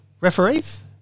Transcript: Referees